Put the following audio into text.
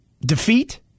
defeat